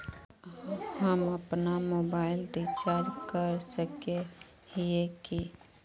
हम अपना mobile recharge कर सकय हिये की?